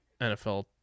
NFL